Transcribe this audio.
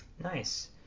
Nice